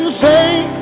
say